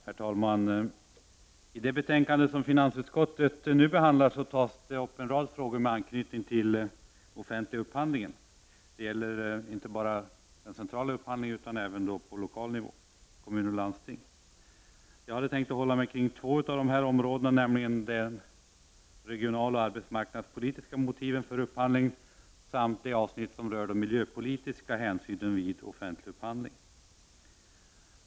Herr talman! I finansutskottets betänkande 1 upptas till behandling en rad frågor med anknytning till den offentliga upphandlingen. Det gäller inte bara den centrala upphandlingen utan även upphandling på lokal nivå, dvs. i kommuner och landsting. Jag skall uppehålla mig vid två aspekter av denna upphandling, nämligen de regionala och arbetsmarknadspolitiska motiven för upphandlingen samt de avsnitt som rör de miljöpolitiska hänsynen vid offentlig upphandling.